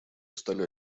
стали